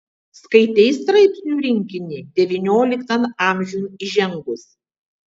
skaitei straipsnių rinkinį devynioliktan amžiun įžengus